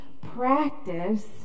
practice